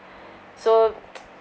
so